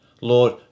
Lord